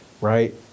right